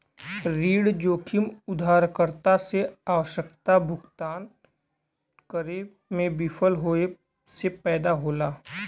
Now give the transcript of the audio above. ऋण जोखिम उधारकर्ता से आवश्यक भुगतान करे में विफल होये से पैदा होला